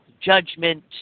judgment